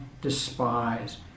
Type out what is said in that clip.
despise